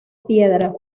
piedra